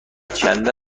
چند